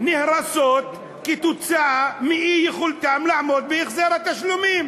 שנהרסות כתוצאה מאי-יכולתן לעמוד בהחזר התשלומים.